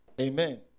Amen